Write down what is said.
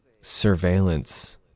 surveillance